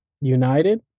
United